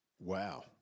wow